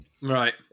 Right